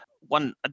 One